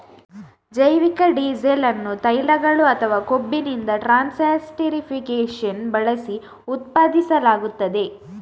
ಜೈವಿಕ ಡೀಸೆಲ್ ಅನ್ನು ತೈಲಗಳು ಅಥವಾ ಕೊಬ್ಬಿನಿಂದ ಟ್ರಾನ್ಸ್ಸೆಸ್ಟರಿಫಿಕೇಶನ್ ಬಳಸಿ ಉತ್ಪಾದಿಸಲಾಗುತ್ತದೆ